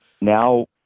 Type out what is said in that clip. now